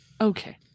Okay